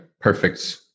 perfect